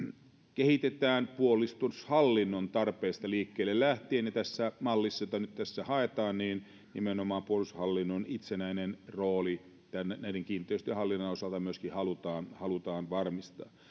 kehitetään puolustushallinnon tarpeista liikkeelle lähtien ja tässä mallissa jota nyt tässä haetaan nimenomaan puolustushallinnon itsenäinen rooli näiden kiinteistöjen hallinnan osalta myöskin halutaan halutaan varmistaa